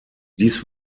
dies